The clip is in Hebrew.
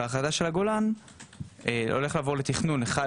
בהחלטה של הגולן הולך לעבור לתכנון 11